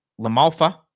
LaMalfa